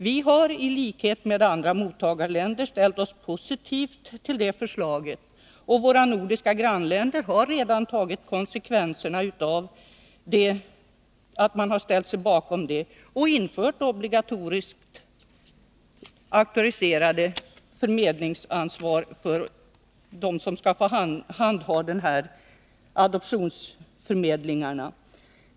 Vi har, i likhet med andra mottagarländer, ställt oss positiva till förslaget, och våra nordiska grannländer har redan tagit konsekvenserna av att de i FN har ställt sig bakom det och infört obligatoriskt förmedlingsansvar och krav på auktorisation för dem som skall handha adoptionsförmedlingarna.